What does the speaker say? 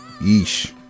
yeesh